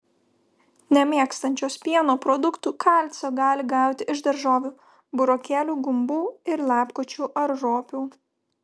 nemėgstančios pieno produktų kalcio gali gauti iš daržovių burokėlių gumbų ir lapkočių ar ropių